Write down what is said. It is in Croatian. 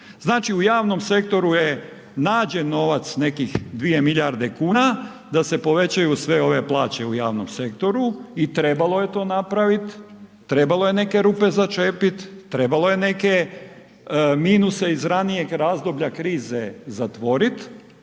Znači u javnom sektoru je nađen novac nekih 2 milijarde kuna da se povećaju sve ove plaće u javnom sektoru i trebalo je to napraviti, trebalo je neke rupe začepit, trebalo je neke minuse iz ranijeg razdoblja krize zatvorit,